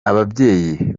ababyeyi